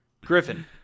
Griffin